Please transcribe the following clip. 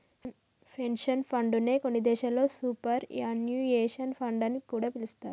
pension fund నే కొన్ని దేశాల్లో సూపర్ యాన్యుయేషన్ ఫండ్ అని కూడా పిలుత్తారు